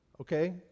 okay